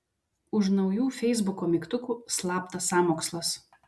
už naujų feisbuko mygtukų slaptas sąmokslas